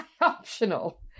optional